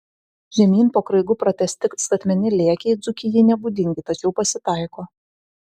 žemyn po kraigu pratęsti statmeni lėkiai dzūkijai nebūdingi tačiau pasitaiko